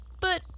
But